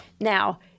Now